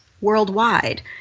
worldwide